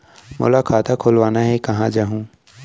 मोला खाता खोलवाना हे, कहाँ जाहूँ?